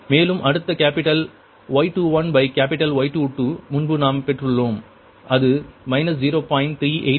மேலும் அடுத்த capital Y21capitalY22 முன்பு நாம் பெற்றுள்ளோம் அது 0